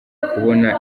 kubona